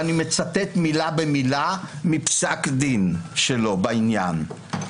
אני מצטט מילה במילה מפסק דין שלו בעניין.